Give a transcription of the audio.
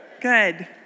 Good